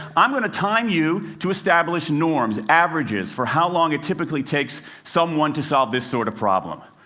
i'm going to time you to establish norms, averages for how long it typically takes someone to solve this sort of problem.